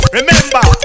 Remember